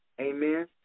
Amen